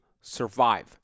survive